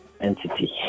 entity